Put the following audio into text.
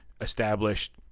established